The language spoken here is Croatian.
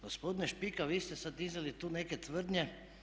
Gospodine Špika, vi ste sad iznijeli tu neke tvrdnje.